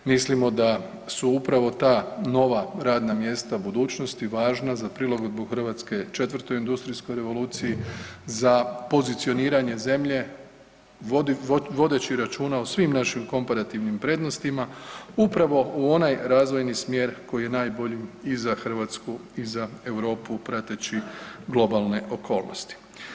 Mislimo da su upravo ta nova radna mjesta budućnosti važna za prilagodbu Hrvatske 4. industrijskoj revoluciji za pozicioniranje zemlje vodeći računa o svim našim komparativnim prednostima upravo u onaj razvojni smjer koji je najbolji i za Hrvatsku i za Europu prateći globalne okolnosti.